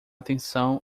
atenção